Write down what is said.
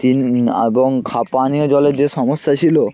তিনি এবং পানীয় জলের যে সমস্যা ছিলো